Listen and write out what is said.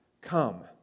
Come